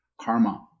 karma